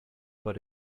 but